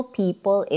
people